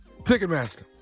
Ticketmaster